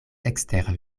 ekster